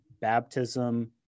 baptism